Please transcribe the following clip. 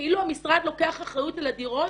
כאילו המשרד לוקח אחריות על הדירות